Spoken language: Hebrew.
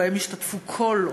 ובהן ישתתפו כל,